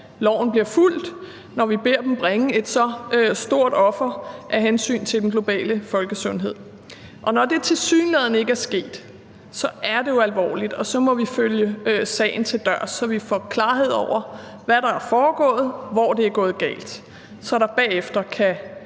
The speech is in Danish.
loven bliver fulgt, når vi beder dem bringe så stort et offer af hensyn til den globale folkesundhed. Når det tilsyneladende ikke er sket, er det jo alvorligt, og så må vi følge sagen til dørs, så vi får klarhed over, hvad der er foregået, og hvor det er gået galt, så der bagefter kan